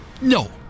no